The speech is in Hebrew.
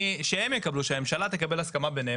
שהם יקבלו, שהממשלה תקבל הסכמה ביניהם.